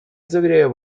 заверяю